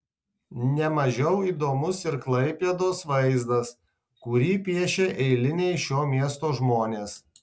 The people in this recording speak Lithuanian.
ne mažiau įdomus ir klaipėdos vaizdas kurį piešia eiliniai šio miesto žmonės